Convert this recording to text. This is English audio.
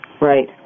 Right